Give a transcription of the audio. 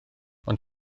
ond